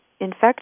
infect